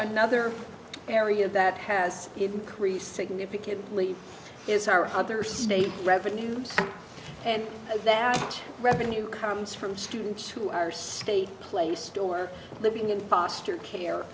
another area that has increased significantly is our other state revenue and that revenue comes from students who are state play store living in foster care